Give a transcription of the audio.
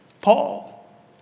Paul